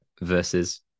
versus